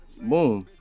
boom